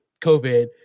COVID